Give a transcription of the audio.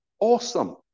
Awesome